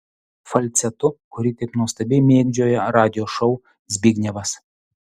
falcetu kurį taip nuostabiai mėgdžioja radijo šou zbignevas